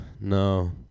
No